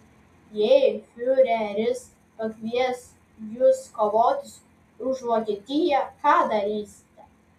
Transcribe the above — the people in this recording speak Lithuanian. jei fiureris pakvies jus kovoti už vokietiją ką darysite